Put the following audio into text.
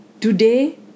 Today